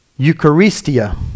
Eucharistia